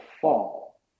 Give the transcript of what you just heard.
fall